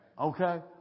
Okay